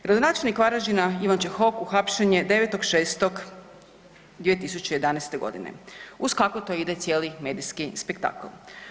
Gradonačelnik Varaždina Ivan Čehok uhapšen je 9.6.2011. godine uz kako to ide cijeli medijski spektakl.